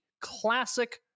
classic